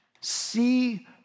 see